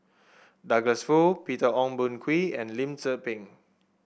Douglas Foo Peter Ong Boon Kwee and Lim Tze Peng